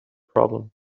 problem